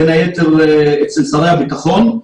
בין היתר אצל שרי הביטחון.